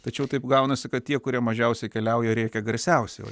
tačiau taip gaunasi kad tie kurie mažiausiai keliauja rėkia garsiausiai